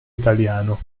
italiano